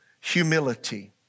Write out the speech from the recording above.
humility